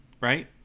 right